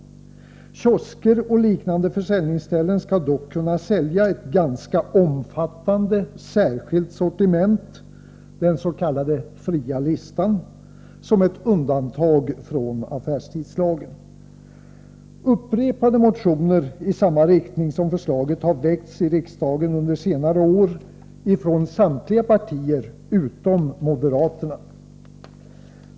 Kiosker och liknande försäljningsställen skall dock kunna sälja ett ganska omfattande särskilt sortiment — den s.k. fria listan — såsom ett undantag från affärstidslagen. Upprepade motioner i samma riktning som förslaget har väckts i riksdagen under senare år från samtliga partier utom moderaterna.